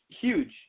huge